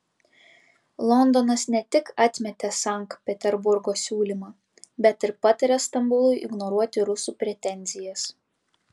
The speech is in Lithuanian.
londonas ne tik atmetė sankt peterburgo siūlymą bet ir patarė stambului ignoruoti rusų pretenzijas